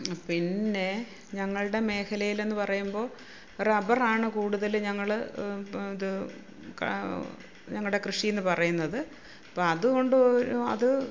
പിന്നെ ഞങ്ങളുടെ മേഖലയിലെന്ന് പറയുമ്പോൾ റബ്ബർ ആണ് കൂടുതൽ ഞങ്ങൾ ഞങ്ങളുടെ കൃഷി എന്ന് പറയുന്നത് അപ്പോൾ അതുകൊണ്ട് ഒരു അത്